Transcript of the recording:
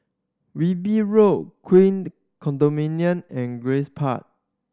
Wilby Road Queened Condominium and Grace Park